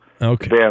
Okay